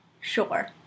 sure